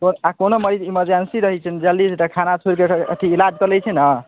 आ कोनो मरीज इमर्जेन्सी रहै छै जल्दी से खाना छोरिके अथी इलाज कऽ लै छै ने